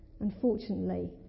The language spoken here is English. Unfortunately